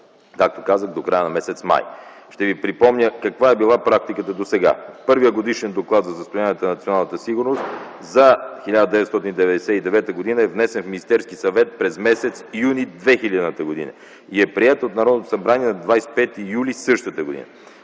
както казах, до края на м. май. Ще Ви припомня каква е била практиката досега. Първият Годишен доклад за състоянието на националната сигурност за 1999 г. е внесен в Министерския съвет през м. юни 2000 г. и е приет от Народното събрание на 25 юли с.г.